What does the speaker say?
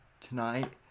tonight